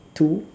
two